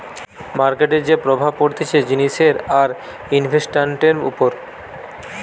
মার্কেটের যে প্রভাব পড়তিছে জিনিসের আর ইনভেস্টান্টের উপর